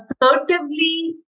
assertively